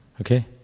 Okay